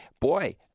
boy